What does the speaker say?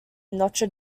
notre